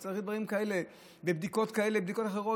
ואתה צריך דברים כאלה ובדיקות כאלה ובדיקות אחרות,